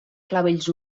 clavells